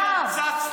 בגלל זה הרדיפה.